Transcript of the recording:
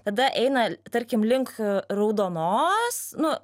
tada eina tarkim link raudonos nu